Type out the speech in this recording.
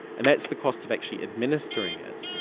and that's the cost of actually administering it.